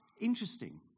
Interesting